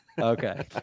Okay